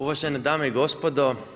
Uvažene dame i gospodo.